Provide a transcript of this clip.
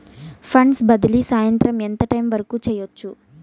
funds బదిలీ సాయంత్రం ఎంత టైము వరకు చేయొచ్చు